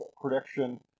prediction